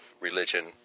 religion